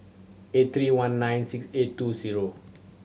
eight three one nine six eight two zero